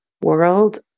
world